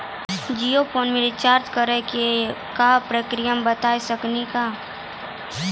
Jio phone के रिचार्ज करे के का प्रक्रिया बता साकिनी का?